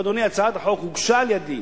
אדוני, הצעת החוק הוגשה על-ידי